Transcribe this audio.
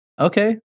Okay